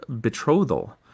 betrothal